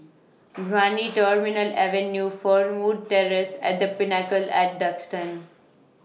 Brani Terminal Avenue Fernwood Terrace and The Pinnacle At Duxton